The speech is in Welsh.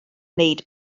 wneud